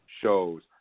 shows